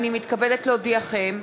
הנני מתכבדת להודיעכם,